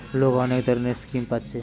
লোক অনেক ধরণের স্কিম পাচ্ছে